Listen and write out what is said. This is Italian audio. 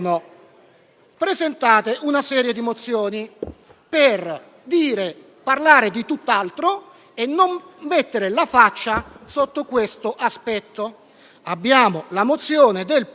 presentate una serie di mozioni per parlare di tutt'altro e non mettere la faccia sotto questo aspetto. Abbiamo la mozione del PD,